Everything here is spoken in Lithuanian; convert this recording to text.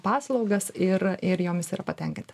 paslaugas ir ir jomis yra patenkinti